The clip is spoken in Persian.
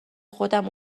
خودم